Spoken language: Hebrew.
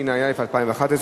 התשע"א 2011,